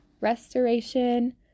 restoration